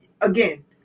again